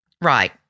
Right